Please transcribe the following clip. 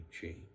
change